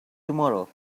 tomorrow